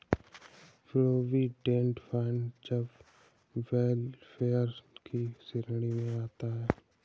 provident fund job welfare की श्रेणी में आता है